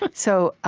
but so